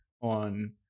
on